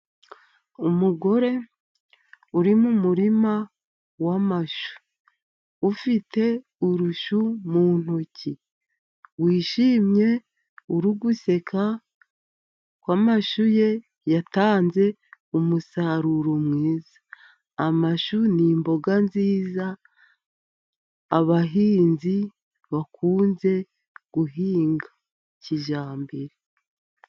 Umugore uri mu murima wa mashu, ufite urushu mu ntoki wishimye uri guseka, kuko amashu ye yatanze umusaruro mwiza, amashu n'imboga nziza abahinzi bakunze guhinga kijyambere.